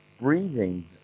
breathing